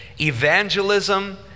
evangelism